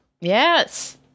Yes